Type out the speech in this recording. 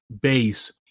base